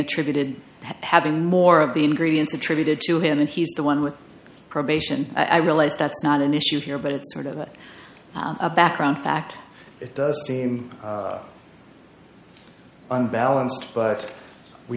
attributed having more of the ingredients attributed to him and he's the one with probation i realize that's not an issue here but it's sort of a background fact it does seem unbalanced but we